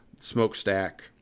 smokestack